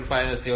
5 અને 7